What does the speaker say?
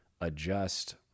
adjust